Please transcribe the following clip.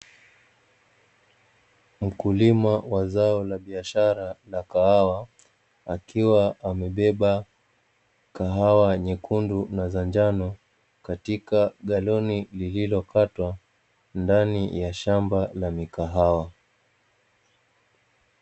Mkulima wa zao la biashara la kahawa, akiwa amebeba kahawa nyekundu na za njano, katika galoni lililokatwa, ndani ya shamba la mikahawa.